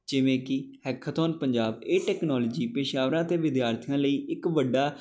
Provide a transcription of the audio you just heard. ਜਿਵੇਂ ਕਿ ਐਖਾਥੋਨ ਪੰਜਾਬ ਇਹ ਟੈਕਨੋਲੋਜੀ ਪੇਸ਼ਾਵਰਾਂ ਅਤੇ ਵਿਦਿਆਰਥੀਆਂ ਲਈ ਇੱਕ ਵੱਡਾ